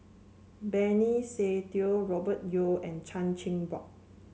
Benny Se Teo Robert Yeo and Chan Chin Bock